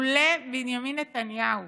לו בנימין נתניהו